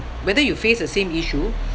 whether you face the same issue